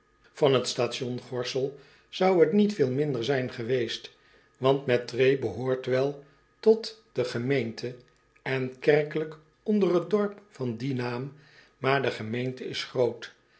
s s e l zou het niet veel minder zijn geweest want mettray behoort wel tot de gemeente en kerkelijk onder het dorp van dien naam maar de gemeente is groot